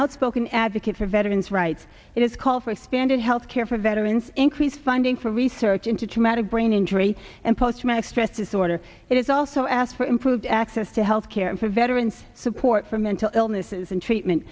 outspoken advocate for veterans rights it is call for expanded health care for veterans increased funding for research into traumatic brain injury and post traumatic stress disorder it has also asked for improved access to health care for veterans support for mental illnesses and treatment